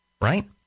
Right